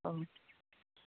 औ